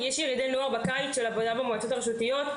יש ירידי נוער בקיץ של עבודה במועצות הרשותיות,